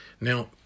Now